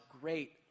great